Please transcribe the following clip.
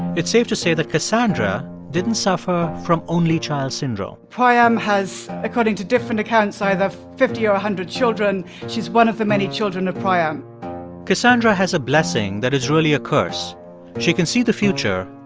it's safe to say that cassandra didn't suffer from only child syndrome priam has, according to different accounts, either fifty or a hundred children. she's one of the many children of priam cassandra has a blessing that is really a curse she can see the future,